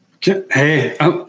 Hey